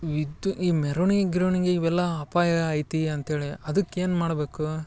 ವಿದ್ಯು ಈ ಮೆರ್ವಣಿಗೆ ಗಿರ್ವಣಿಗೆ ಇವೆಲ್ಲ ಅಪಾಯ ಐತಿ ಅಂತ್ಹೇಳಿ ಅದಕ್ಕೆ ಏನು ಮಾಡಬೇಕು